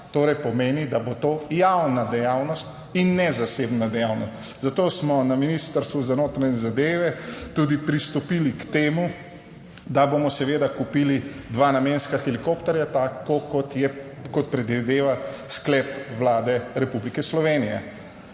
torej pomeni, da bo to javna dejavnost in ne zasebna dejavnost, zato smo na Ministrstvu za notranje zadeve tudi pristopili k temu, da bomo seveda kupili dva namenska helikopterja, tako kot je, kot predvideva sklep Vlade Republike Slovenije.